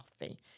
coffee